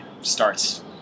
starts